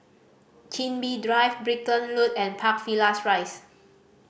Chin Bee Drive Brickland Road and Park Villas Rise